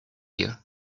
you